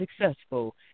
successful